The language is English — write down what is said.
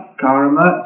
karma